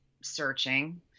searching